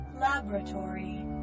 Laboratory